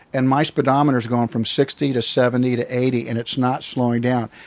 and my speedometer is going from sixty to seventy to eighty, and it's not slowing down.